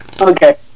Okay